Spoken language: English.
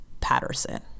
Patterson